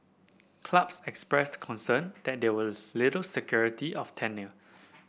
clubs expressed concern that there was little security of tenure